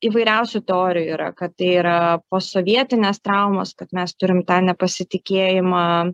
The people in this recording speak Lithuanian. įvairiausių teorijų yra kad tai yra posovietinės traumos kad mes turim tą nepasitikėjimą